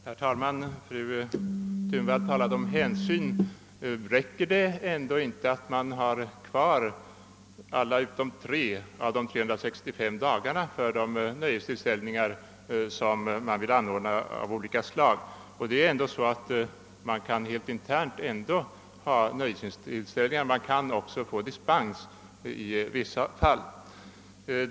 Herr talman! Fru Thunvall talade om hänsyn. Räcker det då inte att man alla dagar på året utom dessa tre helgdagar kan anordna nöjestillställningar av olika slag? Möjligheten finns också till interna nöjesarrangemang dessa dagar, och dessutom kan man få dispens i vissa fall.